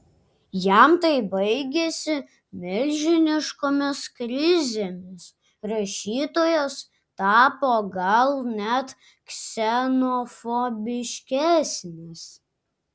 jam tai baigėsi milžiniškomis krizėmis rašytojas tapo gal net ksenofobiškesnis